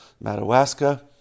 Madawaska